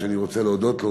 שאני רוצה להודות לו,